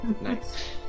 Nice